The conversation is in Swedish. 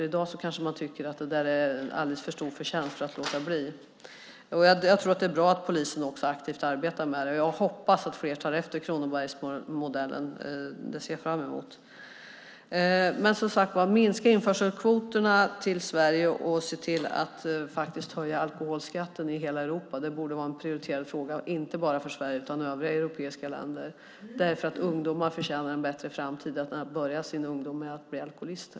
I dag kanske man tycker att det är en alldeles för stor förtjänst för att låta bli. Det är bra att polisen arbetar med det aktivt. Jag hoppas att fler tar efter Kronobergsmodellen. Jag ser fram emot det. Som sagt: Minska införselkvoterna till Sverige och se till att höja alkoholskatten i hela Europa. Det borde vara en prioriterad fråga, inte bara för Sverige utan även för övriga europeiska länder. Ungdomar förtjänar bättre än att börja sin ungdomstid med att bli alkoholister.